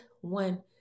One